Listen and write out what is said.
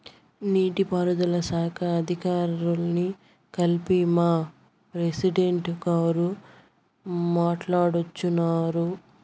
నీటి పారుదల శాఖ అధికారుల్ని కల్సి మా ప్రెసిడెంటు గారు మాట్టాడోచ్చినారు